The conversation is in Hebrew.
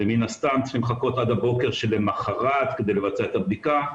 ומן הסתם צריכים לחכות עד הבוקר שלמחרת כדי לבצע את הבדיקה,